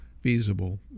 feasible